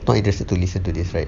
oh he does a police a police right